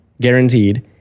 guaranteed